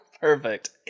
Perfect